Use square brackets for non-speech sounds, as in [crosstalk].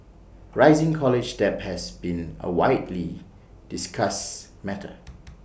rising college debt has been A widely discussed matter [noise]